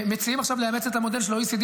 אנחנו מציעים עכשיו לאמץ את המודל של ה-OECD